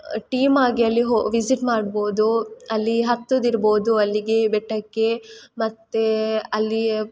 team ಆಗಿ ಅಲ್ಲಿ ಹೋ ವಿಸಿಟ್ ಮಾಡ್ಬೋದು ಅಲ್ಲಿ ಹತ್ತೋದಿರ್ಬೋದು ಅಲ್ಲಿಗೆ ಬೆಟ್ಟಕ್ಕೆ ಮತ್ತೆ ಅಲ್ಲಿಯ